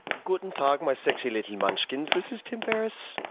guten tag, my sexy little munchkins, this is tim ferriss,